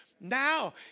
Now